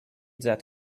that